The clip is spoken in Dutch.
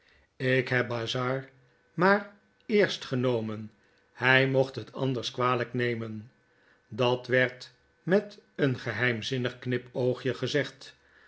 ik heb bazzard maar eerst genomen hy mocht het anders kwalyk nemen dat werd met een geheimzinnig knipoogje gezegd